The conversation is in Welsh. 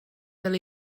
fel